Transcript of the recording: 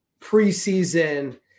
preseason